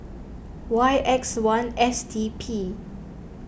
Y X one S T P